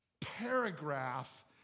paragraph